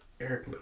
Eric